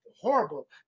horrible